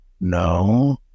No